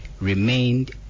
remained